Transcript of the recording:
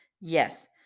Yes